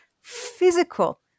physical